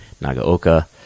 Nagaoka